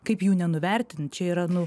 kaip jų nenuvertint čia yra nu